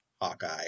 hawkeye